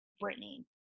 Brittany